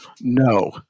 no